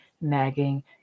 nagging